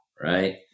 right